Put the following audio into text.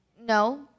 No